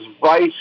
vice